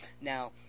Now